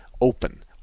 open